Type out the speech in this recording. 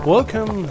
Welcome